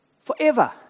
forever